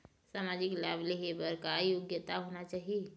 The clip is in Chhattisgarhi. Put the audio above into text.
सामाजिक लाभ लेहे बर का योग्यता होना चाही?